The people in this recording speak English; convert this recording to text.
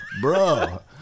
Bro